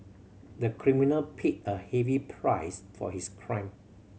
the criminal paid a heavy price for his crime